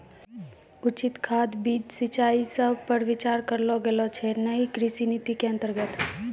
उचित खाद, बीज, सिंचाई सब पर विचार करलो गेलो छै नयी कृषि नीति के अन्तर्गत